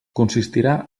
consistirà